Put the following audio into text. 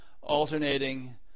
alternating